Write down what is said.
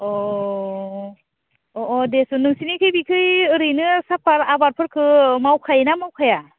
अ अ अ दे सुन नोंसिनिसै बिखै ओरैनो साफार आबारफोरखौ मावखायोना मावखाया